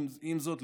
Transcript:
עם זאת,